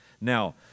Now